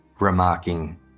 remarking